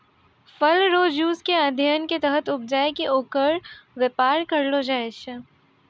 फल रो जुस के अध्ययन के तहत उपजाय कै ओकर वेपार करलो जाय छै